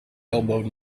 elbowed